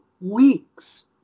weeks